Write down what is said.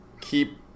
keep